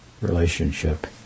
relationship